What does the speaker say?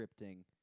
scripting